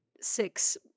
six